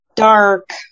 Dark